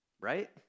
Right